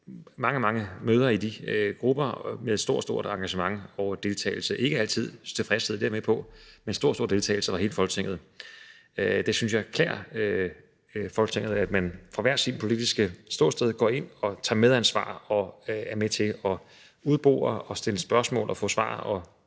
mange møder i de grupper med et stort, stort engagement og stor deltagelse – ikke altid til alles tilfredshed, det er jeg med på, men der har været stor, stor deltagelse under hele perioden. Jeg synes, det klæder Folketinget, at man fra hvert sit politiske ståsted går ind og tager medansvar og er med til at udbore, stille spørgsmål og få svar i